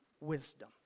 wisdom